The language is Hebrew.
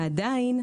עדיין,